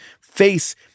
face